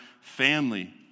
family